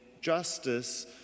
justice